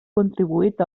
contribuït